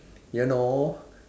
you know